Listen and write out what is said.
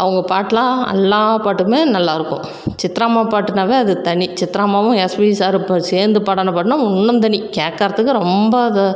அவங்க பாட்டெலாம் எல்லா பாட்டுமே நல்லாயிருக்கும் சித்ராம்மா பாட்டுனாவே அது தனி சித்ராம்மாவும் எஸ்பிபி சாரும் இப்போ சேர்ந்து பாடின பாட்டுனால் இன்னும் தனி கேட்கறதுக்கு ரொம்ப அது